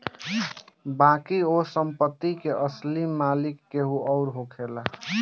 बाकी ओ संपत्ति के असली मालिक केहू अउर होखेला